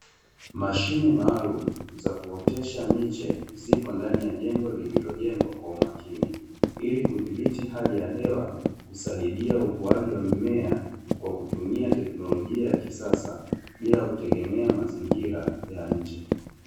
Mashine maalumu za kuotesha miche, zipo ndani ya jengo lililojengwa kwa umakini, ili kudhibiti hali ya hewa kusaidia ukuaji wa mimea kwa kutumia teknolojia ya kisasa bila kutegemea mazingira ya nje.